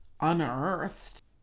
unearthed